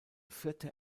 vierte